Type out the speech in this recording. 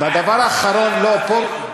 והדבר האחרון, לא, פרוש,